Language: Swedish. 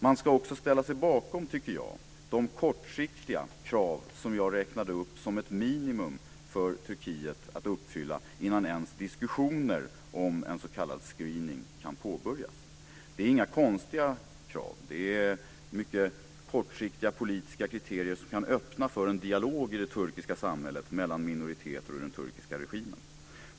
Man ska också ställa sig bakom de kortsiktiga krav jag räknade upp som ett minimum för Turkiet att uppfylla innan ens diskussioner om en s.k. screening kan påbörjas. Det är inga konstiga krav. Det är mycket kortsiktiga politiska kriterier som kan öppna för en dialog i det turkiska samhället mellan minoriteter och den turkiska regimen.